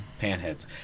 panheads